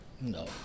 No